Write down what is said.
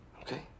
Okay